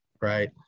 right